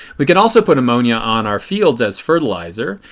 we could also put ammonia on our fields as fertilizer.